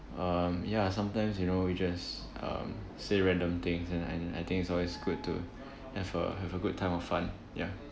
um ya sometimes you know you just um say random things and I I think it's always good to have a have a good time or fun ya